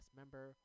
member